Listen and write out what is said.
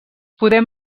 podem